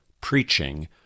preaching